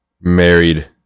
Married